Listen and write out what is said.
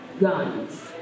guns